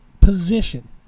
position